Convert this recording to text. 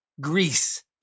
Greece